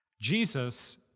Jesus